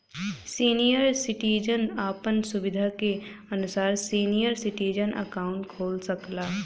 senior citizen आपन सुविधा के अनुसार सीनियर सिटीजन अकाउंट खोल सकला